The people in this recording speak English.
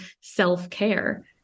self-care